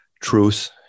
truth